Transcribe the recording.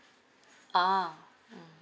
ah mm